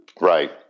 Right